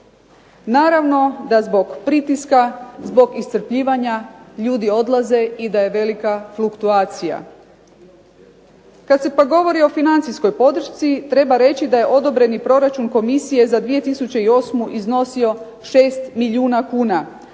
Naravno da zbog pritiska, zbog iscrpljivanja ljudi odlaze i da je velika fluktuacija. Kad se pak govori o financijskoj podršci treba reći da je odobreni proračun komisije za 2008. iznosio 6 milijuna kuna,